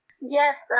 Yes